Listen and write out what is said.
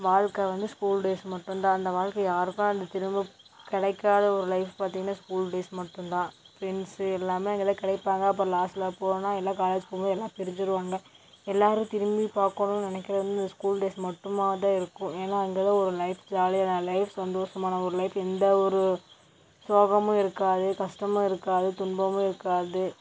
வாழ்க்கை வந்து school days மட்டும்தான் அந்த வாழ்க்கை யாருக்கும் அந்த திரும்ப கிடைக்காத ஒரு லைஃப் பார்த்தீங்கன்னா ஸ்கூல் டேஸ் மட்டும்தான் ஃப்ரெண்ட்ஸ் எல்லாம் அங்கே தான் கிடைப்பாங்க அப்புறம் லாஸ்டில் போனால் எல்லா காலேஜ் போகும் போது எல்லா பிரிஞ்சுடுவாங்க எல்லாரும் திரும்பி பார்க்கணுன்னு நினைக்கிறது வந்து ஸ்கூல் டேஸ் மட்டுமாக தான் இருக்கும் ஏன்னா அங்கே தான் ஒரு லைஃப் ஜாலியான லைஃப் சந்தோஷமான ஒரு லைஃப் எந்த ஒரு சோகமும் இருக்காது கஷ்டமும் இருக்காது துன்பமும் இருக்காது